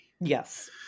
Yes